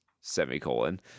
semicolon